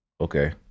Okay